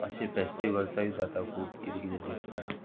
अशी फेस्टिवल्सूय जाता खूब किदें किदें डिफरंट